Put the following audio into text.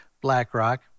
BlackRock